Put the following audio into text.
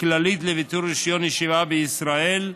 כללית לביטול רישיון ישיבה בישראל,